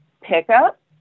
pickup